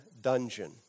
dungeon